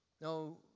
No